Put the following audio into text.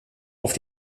auf